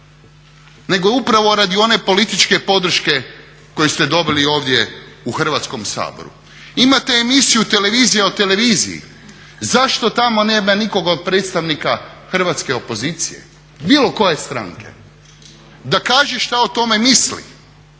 nego upravo radi one političke podrške koju ste dobili ovdje u Hrvatskom saboru. Imate emisiju "Televizija o televiziji". Zašto tamo nema nikoga od predstavnika hrvatske opozicije, bilo koje stranke da kaže šta o tome misli?